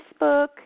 Facebook